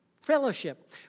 Fellowship